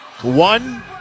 one